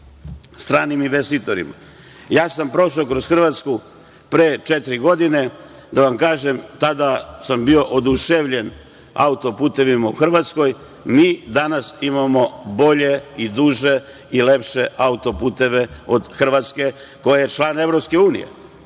stranim investitorima. Ja sam prošao kroz Hrvatsku pre četiri godine, da vam kažem, tada sam bio oduševljen autoputevima u Hrvatskoj. Mi danas imamo bolje, duže i lepše autoputeve od Hrvatske koja je član Evropske unije.